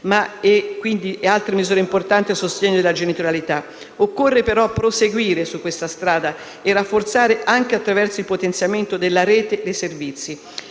ad altre misure importanti a sostegno della genitorialità. Occorre però proseguire su questa strada e rafforzarla, anche attraverso il potenziamento della rete dei servizi.